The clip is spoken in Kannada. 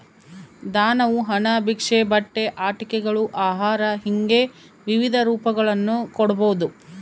ದಾನವು ಹಣ ಭಿಕ್ಷೆ ಬಟ್ಟೆ ಆಟಿಕೆಗಳು ಆಹಾರ ಹಿಂಗೆ ವಿವಿಧ ರೂಪಗಳನ್ನು ಕೊಡ್ಬೋದು